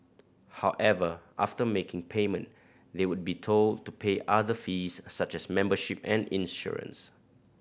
however after making payment they would be told to pay other fees such as membership and insurance